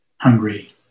hungry